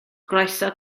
groeso